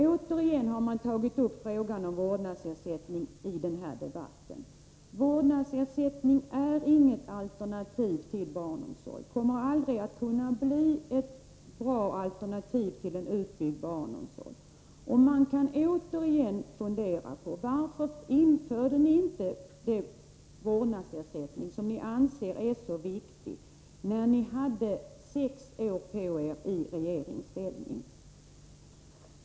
Återigen har man tagit upp frågan om vårdnadsersättning i denna debatt. Vårdnadsersättning är inget alternativ till barnomsorg och kommer aldrig att kunna bli ett bra alternativ till en utbyggd barnomsorg. Man kan undra varför ni inte införde den vårdnadsersättning som ni anser är så viktig, när ni hade sex år på er i regeringsställning.